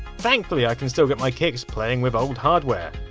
thankfully i can still get my kicks playing with old hardware.